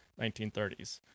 1930s